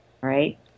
right